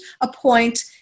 appoint